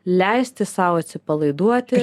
leisti sau atsipalaiduoti